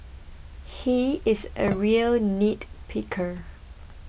he is a real nitpicker